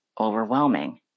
overwhelming